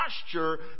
posture